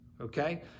okay